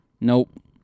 Nope